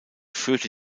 führte